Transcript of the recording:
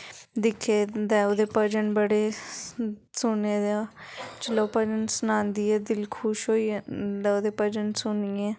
दिक्खे दा ऐ ओह्दे भजन बड़े सुने दे ऐ जेल्ले ओह् भजन सनांदी ऐ दिल खुश होई जंदा ऐ ओह्दे भजन सुनिए